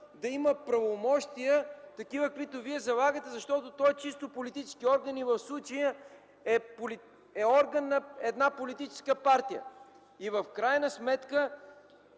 такива правомощия, каквито залагате, защото е чисто политически орган и в случая е орган на една политическа партия. В крайна сметка